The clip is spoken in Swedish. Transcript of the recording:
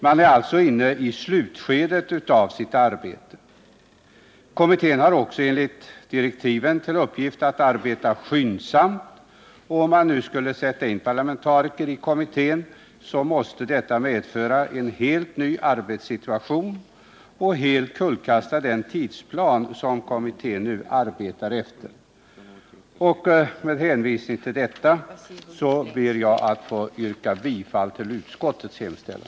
Man är alltså inne i slutskedet av sitt arbete. Kommittén har också enligt direktiven till uppgift att arbeta skyndsamt. Om man nu skulle sätta in parlamentariker i kommittén måste detta medföra en helt ny arbetssituation och helt kullkasta den tidsplan som kommittén nu arbetar efter. Med hänvisning till detta ber jag att få yrka bifall till utskottets hemställan.